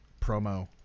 promo